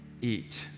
eat